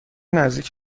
نزدیک